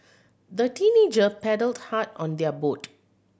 the teenager paddled hard on their boat